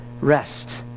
rest